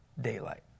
daylight